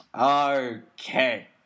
Okay